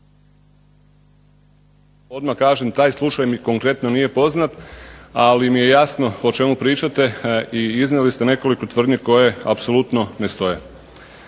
odmah kažem taj slučaj konkretno mi nije poznat ali mi je jasno o čemu pričate i iznijeli ste nekoliko tvrdnji koje apsolutno ne stoje.